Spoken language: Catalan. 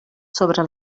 sobre